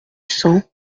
cents